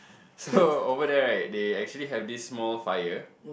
so over there right they actually have this small fire